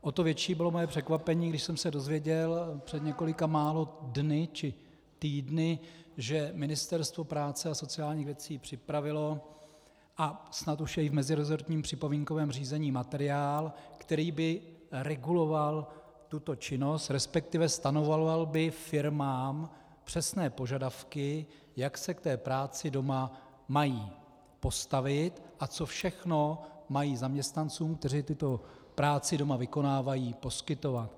O to větší bylo moje překvapení, když jsem se dozvěděl před několika málo dny či týdny, že Ministerstvo práce a sociálních věcí připravilo a snad už je v meziresortním připomínkovém řízení materiál, který by reguloval tuto činnost, resp. stanovoval by firmám přesné požadavky, jak se k té práci doma mají postavit a co všechno mají zaměstnancům, kteří tuto práci doma vykonávají, poskytovat.